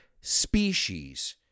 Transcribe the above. species